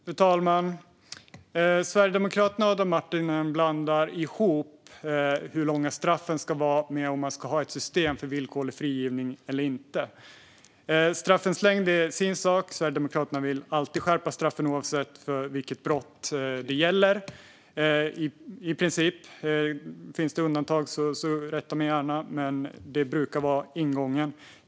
Fru talman! Sverigedemokraterna och Adam Marttinen blandar ihop hur långa straffen ska vara med frågan om man ska ha ett system för villkorlig frigivning eller inte. Straffens längd är en sak. Sverigedemokraterna vill i princip alltid skärpa straffen, oavsett vilket brott det gäller. Finns det undantag så rätta mig gärna, men det brukar vara ingången.